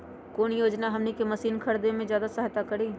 कौन योजना हमनी के मशीन के खरीद में ज्यादा सहायता करी?